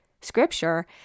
scripture